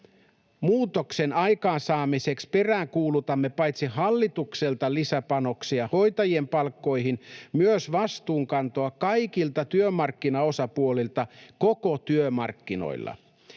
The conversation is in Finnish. Muutoksen aikaansaamiseksi peräänkuulutamme paitsi hallitukselta lisäpanoksia hoitajien palkkoihin, myös vastuunkantoa kaikilta työmarkkinaosapuolilta koko työmarkkinalla.